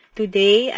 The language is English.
today